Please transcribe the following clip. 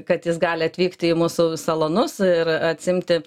kad jis gali atvykti į mūsų salonus ir atsiimti